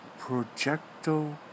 Projecto